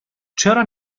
چرا